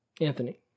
Anthony